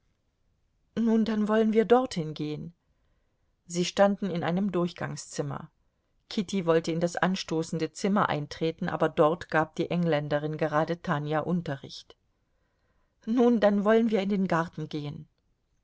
nun dann wollen wir dorthin gehen sie standen in einem durchgangszimmer kitty wollte in das anstoßende zimmer eintreten aber dort gab die engländerin gerade tanja unterricht nun dann wollen wir in den garten gehen